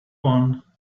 one